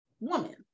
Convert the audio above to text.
woman